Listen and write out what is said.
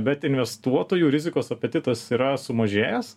bet investuotojų rizikos apetitas yra sumažėjęs